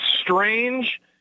strange